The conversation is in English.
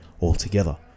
altogether